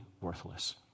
worthless